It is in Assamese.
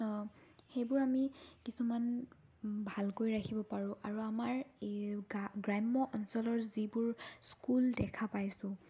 সেইবোৰ আমি কিছুমান ভালকৈ ৰাখিব পাৰোঁ আৰু আমাৰ এই গ্ৰাম্য অঞ্চলৰ যিবোৰ স্কুল দেখা পাইছোঁ